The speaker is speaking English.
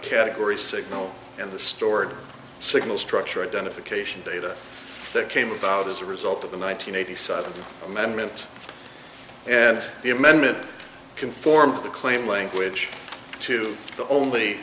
category signal and the stored signal structure identification data that came about as a result of the one nine hundred eighty seven amendment and the amendment conformed the claim language to the only